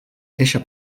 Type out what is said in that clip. eixa